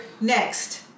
next